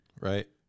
right